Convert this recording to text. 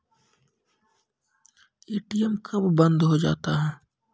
ATM कब बंद हो जाता हैं?